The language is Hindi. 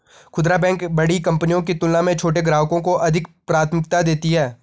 खूदरा बैंक बड़ी कंपनियों की तुलना में छोटे ग्राहकों को अधिक प्राथमिकता देती हैं